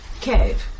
Cave